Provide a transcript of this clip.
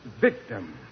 victim